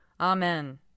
Amen